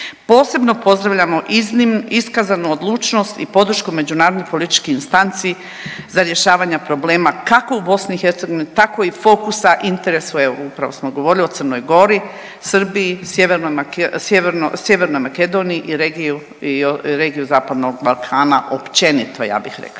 Posebno pozdravljamo iskazanu odlučnost i podršku međunarodnih političkih instanci za rješavanje problema kako u BiH, tako i fokusa interesa. Upravo smo govorili o Crnoj Gori, Srbiji, Sjevernoj Makedoniji i o regiji zapadnog Balkana općenito ja bih rekla.